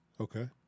Okay